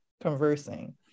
conversing